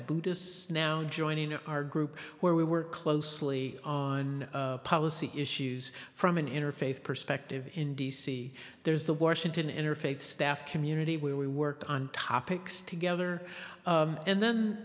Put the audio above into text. buddhists now joining our group where we were closely on policy issues from an interface perspective in d c there's the washington interfaith staff community where we work on topics together and then